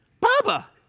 Baba